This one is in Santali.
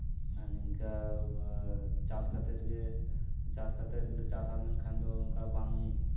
ᱱᱤᱝᱠᱟᱹ ᱪᱟᱥ ᱠᱟᱛᱮᱫ ᱜᱮ ᱪᱟᱥ ᱠᱟᱛᱮᱫ ᱜᱮ ᱪᱟᱥ ᱠᱟᱛᱮᱫ ᱞᱮ ᱪᱟᱥ ᱟᱱ ᱢᱮᱱᱠᱷᱟᱱ ᱫᱚ ᱱᱚᱝᱠᱟ ᱵᱟᱝ